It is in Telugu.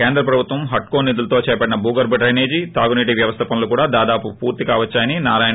కేంద్ర ప్రభుత్వం హడ్కో నిధులతో చేపట్టిన భూగర్భ డైనేజీ తాగునీటి వ్యవస్థ పనులు కూడా దాదాపు పూర్తి కావచ్చాయని నారాయణ పేర్కొన్నారు